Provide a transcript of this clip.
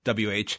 WH